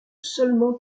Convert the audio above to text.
seulement